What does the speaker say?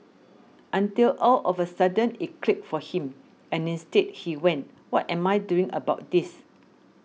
until all of a sudden it clicked for him and instead he went what am I doing about this